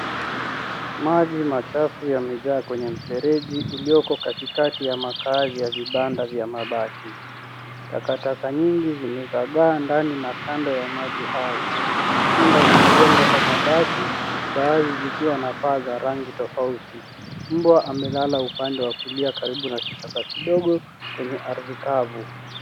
Maji machafu yamejaa kwenye mfereji ulioko katikati ya makaazi vya vibanda vya mabati. Takataka nyingi zimezagaa ndani na kando ya maji hayo. Nyumba zimejengwa kwa mabati baadhi zikiwa na paa za rangi tofauti. Mbwa amelala upande wa kulia karibu na kichaka kidogo kwenye ardhi kavu.